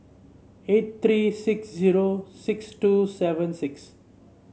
eight three six zero six two seven six